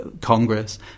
Congress